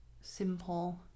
simple